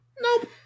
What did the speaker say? Nope